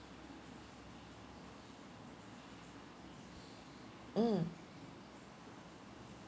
mm